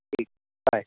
ٹھیک بائے